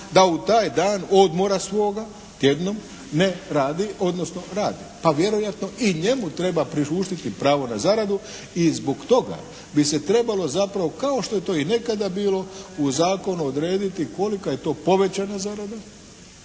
da u taj dan odmora svoga tjednog ne radi, odnosno radi. Pa vjerojatno i njemu treba priuštiti pravo na zaradu i zbog toga bi se trebalo zapravo kao što je to i nekada bilo u zakonu odrediti kolika je to povećana zarada